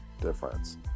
difference